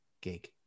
gig